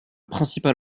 principal